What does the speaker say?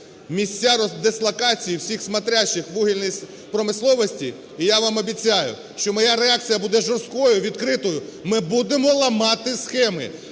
місця дислокацій всіх "смотрящих" вугільної промисловості. І я вам обіцяю, що моя реакція буде жорсткою, відкритою, ми будемо ламати схеми.